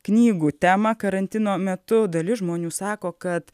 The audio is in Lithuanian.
knygų temą karantino metu dalis žmonių sako kad